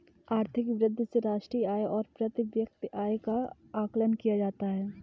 आर्थिक वृद्धि से राष्ट्रीय आय और प्रति व्यक्ति आय का आकलन किया जाता है